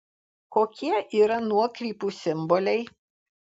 kokie yra nuokrypų simboliai